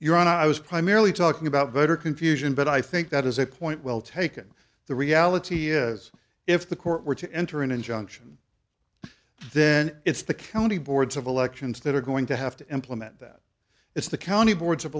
you're on i was primarily talking about voter confusion but i think that is a point well taken the reality is if the court were to enter an injunction then it's the county boards of elections that are going to have to implement that it's the county boards of